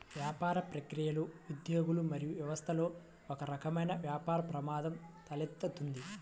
వ్యాపార ప్రక్రియలు, ఉద్యోగులు మరియు వ్యవస్థలలో ఒకరకమైన వ్యాపార ప్రమాదం తలెత్తుతుంది